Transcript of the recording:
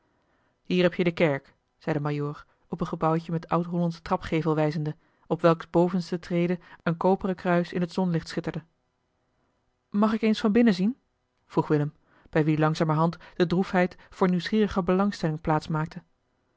hier heb je de kerk zei de majoor op een gebouwtje met oud hollandschen trapgevel wijzende op welks bovenste trede een koperen kruis in het zonlicht schitterde mag ik eens van binnen zien vroeg willem bij wien langzamerhand de droefheid voor nieuwsgierige belangstelling plaats maakte